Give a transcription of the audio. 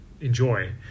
enjoy